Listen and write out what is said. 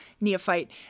neophyte